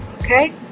Okay